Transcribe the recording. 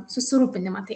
susirūpinimą tai